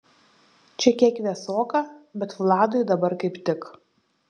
čia kiek vėsoka bet vladui dabar kaip tik